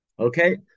Okay